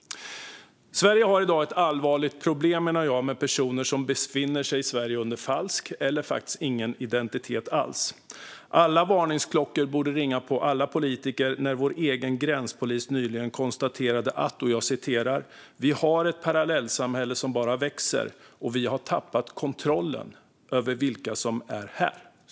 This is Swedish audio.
Sverige har i dag ett allvarligt problem, menar jag, med personer som befinner sig i Sverige under falsk eller faktiskt ingen identitet alls. Alla varningsklockor borde ha ringt hos alla politiker när vår egen gränspolis nyligen konstaterade: Vi har ett parallellsamhälle som bara växer, och vi har tappat kontrollen över vilka som är här.